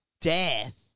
death